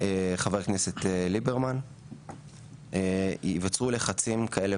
חבר הכנסת ליברמן ייווצרו לחצים כאלה